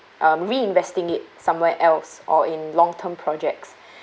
um reinvesting it somewhere else or in long term projects